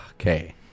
Okay